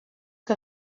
que